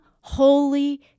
holy